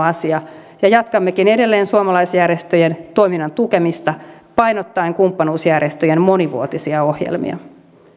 asia ja jatkammekin edelleen suomalaisjärjestöjen toiminnan tukemista painottaen kumppanuusjärjestöjen monivuotisia ohjelmia